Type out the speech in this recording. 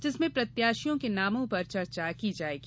जिसमें प्रत्याशियों के नामों पर चर्चा की जायेगी